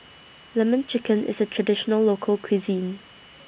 Lemon Chicken IS A Traditional Local Cuisine